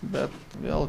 bet vėl